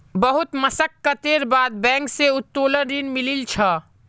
बहुत मशक्कतेर बाद बैंक स उत्तोलन ऋण मिलील छ